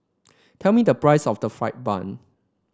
tell me the price of fried bun